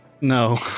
No